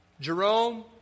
Jerome